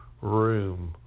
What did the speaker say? room